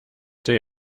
day